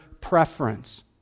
preference